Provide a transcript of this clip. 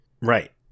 right